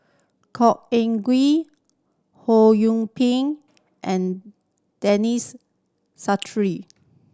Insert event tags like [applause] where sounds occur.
Khor Ean Ghee Ho [unintelligible] Ping and Denis [unintelligible]